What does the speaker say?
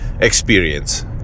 experience